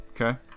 Okay